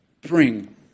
bring